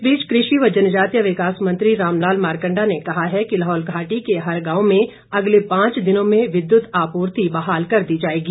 इस बीच कृषि व जनजातीय विकास मंत्री रामलाल मारकंडा ने कहा है कि लाहौल घाटी के हर गांव में अगले पांच दिनों में विद्युत आपूर्ति बहाल कर दी जाएगी